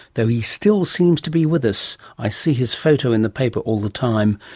though he still seems to be with us. i see his photo in the paper all the time,